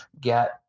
get